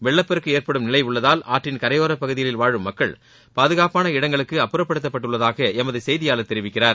வெள்ளப்பெருக்கு ஏற்படும் நிலை உள்ளதால் ஆற்றின் கரையோரப் பகுதிகளில் வாழும் மக்கள் பாதுகாப்பான இடங்களுக்கு அப்புறப்படுத்தப்பட்டுள்ளதாக எமது செய்தியாளர் தெரிவிக்கிறார்